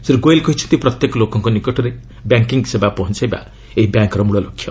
ଶ୍ରୀ ଗୋଏଲ କହିଛନ୍ତି ପ୍ରତ୍ୟେକ ଲୋକଙ୍କ ନିକଟରେ ବ୍ୟାଙ୍କିଂ ସେବା ପହଞ୍ଚାଇବା ଏହି ବ୍ୟାଙ୍କର ମୂଳଲକ୍ଷ୍ୟ